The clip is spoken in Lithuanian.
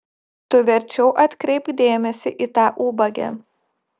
tu verčiau atkreipk dėmesį į tą ubagę